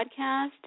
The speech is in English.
podcast